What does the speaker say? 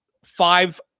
five